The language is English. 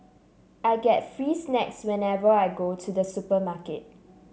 I get free snacks whenever I go to the supermarket